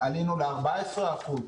עלינו ל-14%.